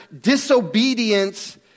disobedience